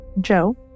Joe